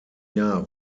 jahr